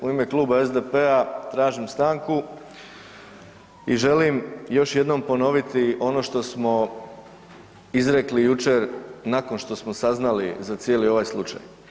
U ime Kluba SDP-a tražim stanku i želim još jednom ponoviti ono što smo izrekli jučer nakon što smo saznali za cijeli ovaj slučaj.